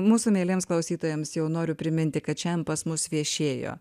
mūsų mieliems klausytojams jau noriu priminti kad šiam pas mus viešėjo